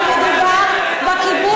כשמדובר בכיבוש ובהתנחלויות.